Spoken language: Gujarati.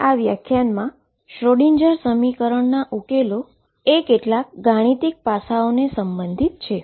તો આ વ્યાખ્યા શ્રોડિંજર Schrödingerસમીકરણના ઉકેલોએ કેટલાક મેથેમેટીકલ પાસાઓને બધિત છે